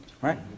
right